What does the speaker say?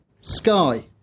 sky